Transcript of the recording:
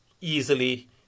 easily